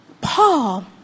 Paul